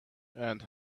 and